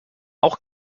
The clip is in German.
auch